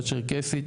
הצ'רקסית